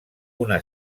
una